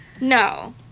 No